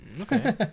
Okay